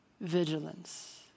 vigilance